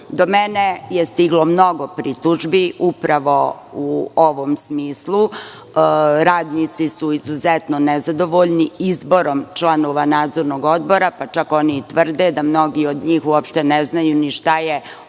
mene je stiglo mnogo pritužbi upravo u ovom smislu, radnici su izuzetno nezadovoljni izborom članova nadzornog odbora, pa čak oni tvrda da mnogi od njih uopšte ne znaju ni šta je osnovna